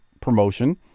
promotion